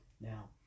Now